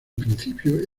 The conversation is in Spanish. principio